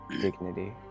dignity